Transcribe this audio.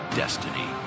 destiny